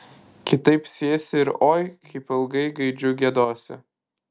kitaip sėsi ir oi kaip ilgai gaidžiu giedosi